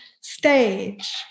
stage